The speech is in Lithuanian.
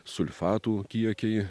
sulfatų kiekiai